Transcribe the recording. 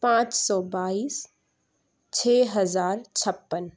پانچ سو بائیس چھ ہزار چھپن